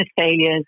failures